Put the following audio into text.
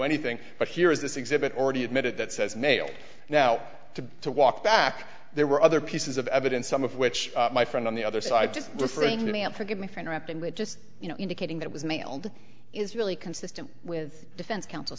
anything but here is this exhibit already admitted that says mailed now to to walk back there were other pieces of evidence some of which my friend on the other side just referring to and forgive me for interrupting with just you know indicating that was mailed is really consistent with defense counsel